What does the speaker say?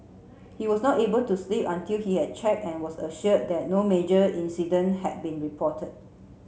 he was not able to sleep until he had checked and was assured that no major incident had been reported